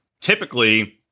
typically